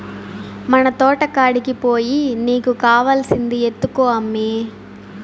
మన తోటకాడికి పోయి నీకు కావాల్సింది ఎత్తుకో అమ్మీ